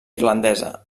irlandesa